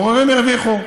הבוררים הרוויחו.